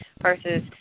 versus